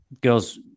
Girls